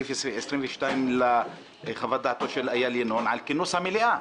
סעיף 22 לחוות דעתו של אייל ינון על כינוס המליאה,